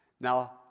Now